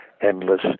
endless